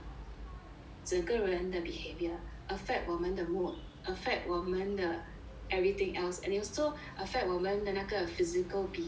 整个人的 behavior affect 我们的 work affect 我们的 everything else and also affect 我们的那个 physical being